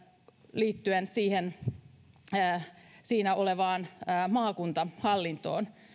liittyen siinä olleeseen maakuntahallintoon